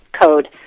code